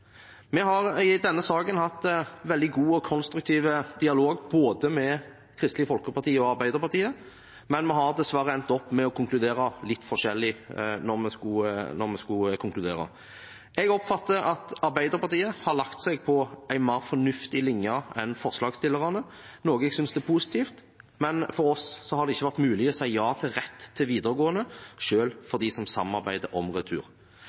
Vi har i denne saken hatt veldig god og konstruktiv dialog med både Kristelig Folkeparti og Arbeiderpartiet, men vi har dessverre endt opp med å konkludere litt forskjellig. Jeg oppfatter at Arbeiderpartiet har lagt seg på en mer fornuftig linje enn forslagsstillerne, noe jeg synes er positivt, men for oss har det ikke vært mulig å si ja til rett til videregående selv for dem som samarbeider om retur,